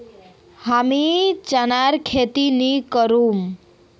हमीं चनार खेती नी करुम